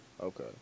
Okay